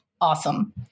Awesome